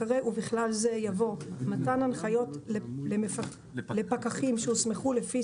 אחרי "ובכלל זה" יבוא "מתן הנחיות לפקחים שהוסמכו לפי